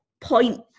point